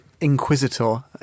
inquisitor